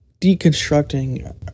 deconstructing